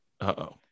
Uh-oh